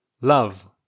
Love